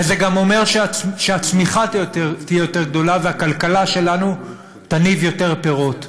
וזה גם אומר שהצמיחה תהיה יותר גדולה והכלכלה שלנו תניב יותר פירות,